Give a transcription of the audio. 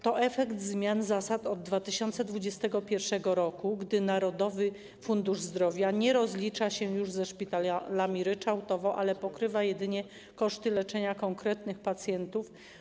To efekt zmian zasad od 2021 r., gdy Narodowy Fundusz Zdrowia nie rozlicza się już ze szpitalami ryczałtowo, ale pokrywa jedynie koszty leczenia konkretnych pacjentów.